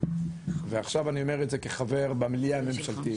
ועכשיו אני אומר את זה כחבר במליאה הממשלתית,